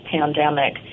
pandemic